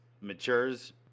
matures